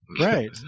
right